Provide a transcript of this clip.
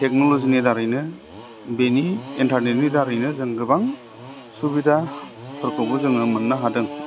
टेकनलजिनि दारैनो बेनि इन्टारनेटनि दारैनो जों गोबां सुबिदाफोरखौबो जोङो मोननो हादों